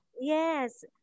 yes